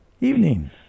Evening